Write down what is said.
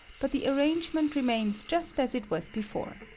but the arrangement remains just as it was before.